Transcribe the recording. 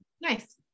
Nice